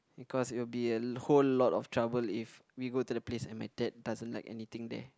because it will be a whole lot of trouble if we go to the place and my dad doesn't like anything there